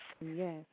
Yes